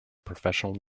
professional